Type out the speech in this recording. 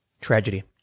Tragedy